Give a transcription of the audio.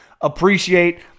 appreciate